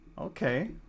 Okay